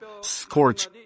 scorch